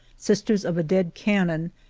sisters of a dead canon,